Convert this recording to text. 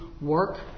work